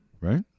right